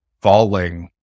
falling